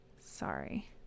sorry